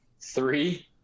Three